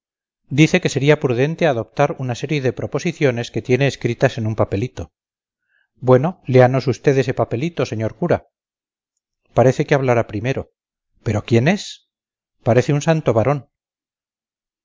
dice dice que sería prudente adoptar una serie de proposiciones que tiene escritas en un papelito bueno léanos usted ese papelito señor cura parece que hablará primero pero quién es parece un santo varón